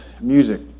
music